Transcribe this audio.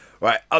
Right